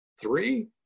Three